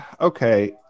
okay